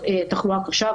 ספציפית בקבוצה הזאת.